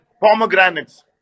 pomegranates